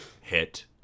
hit